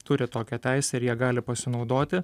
turi tokią teisę ir ja gali pasinaudoti